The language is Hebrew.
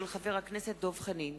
של חבר הכנסת דב חנין.